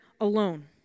alone